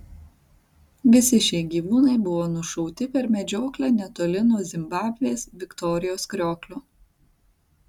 visi šie gyvūnai buvo nušauti per medžioklę netoli nuo zimbabvės viktorijos krioklio